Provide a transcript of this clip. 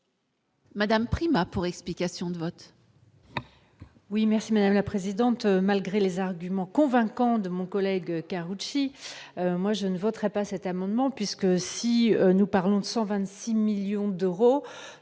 Madame Prima pour explication de vote.